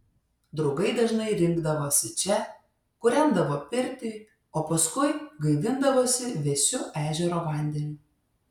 draugai dažnai rinkdavosi čia kūrendavo pirtį o paskui gaivindavosi vėsiu ežero vandeniu